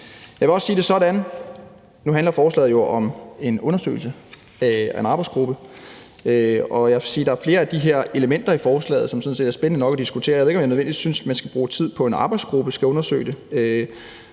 Jeg vil sige det sådan – nu handler forslaget jo om en undersøgelse foretaget af en arbejdsgruppe – at der er flere af elementerne i forslaget her, som sådan set er spændende nok at diskutere, men jeg ved ikke, om jeg nødvendigvis synes, man skal bruge tid på, at en arbejdsgruppe skal undersøge det.